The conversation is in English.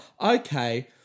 Okay